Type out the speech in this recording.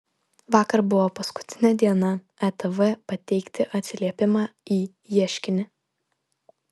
vakar buvo paskutinė diena atv pateikti atsiliepimą į ieškinį